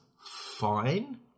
fine